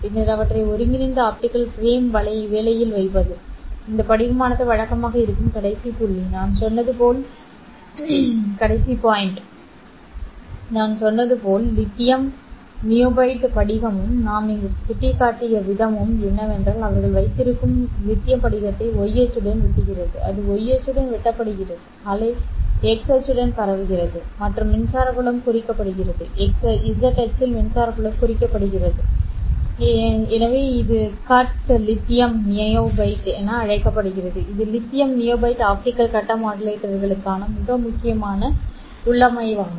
பின்னர் அவற்றை ஒருங்கிணைந்த ஆப்டிகல் ஃபிரேம் வேலையில் வைப்பது இந்த படிகமானது வழக்கமாக இருக்கும் கடைசி புள்ளி நான் சொன்னது போல் லித்தியம் நியோபேட் படிகமும் நாம் இங்கு சுட்டிக்காட்டிய விதமும் என்னவென்றால் அவர்கள் வைத்திருக்கும் லித்தியம் படிகத்தை y அச்சுடன் வெட்டுகிறது அது y அச்சுடன் வெட்டப்படுகிறது அலை x அச்சுடன் பரவுகிறது மற்றும் மின்சார புலம் குறிக்கப்படுகிறது z அச்சில் இது ay cut lithium niobate என அழைக்கப்படுகிறது இது லித்தியம் நியோபேட் ஆப்டிகல் கட்ட மாடுலேட்டர்களுக்கான மிக முக்கியமான உள்ளமைவாகும்